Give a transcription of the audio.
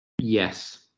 Yes